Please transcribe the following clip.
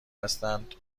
هستند